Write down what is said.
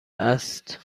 است